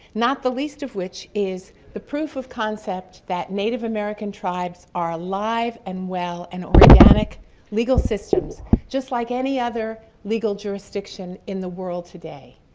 not the least of which is the proof of concept that native american tribes are alive and well in organic legal systems just like any other legal jurisdiction in the world today.